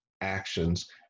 actions